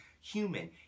human